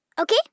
Okay